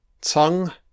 Tongue